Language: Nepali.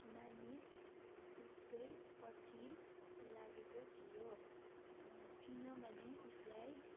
मानिस उसकै पछि लागेको थियो किनभने उसलाई